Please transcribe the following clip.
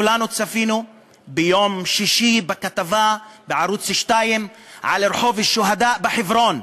כולנו צפינו ביום שישי בכתבה בערוץ 2 על רחוב השוהדא בחברון,